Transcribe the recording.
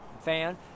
fan